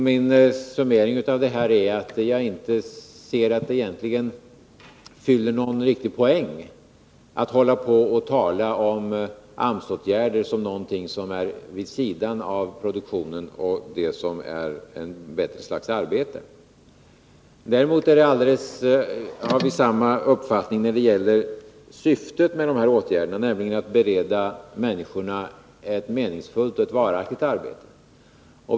Min summering blir att jag inte ser att det ger någon riktig poäng att tala om AMS-åtgärder som någonting som är vid sidan av produktionen och om annat som ett bättre slags arbete. Däremot har vi samma uppfattning när det gäller syftet med de här åtgärderna, nämligen att bereda människorna ett meningsfullt och varaktigt arbete.